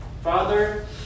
father